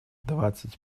двадцать